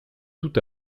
tout